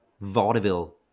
vaudeville